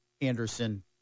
Anderson